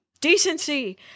Decency